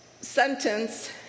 sentence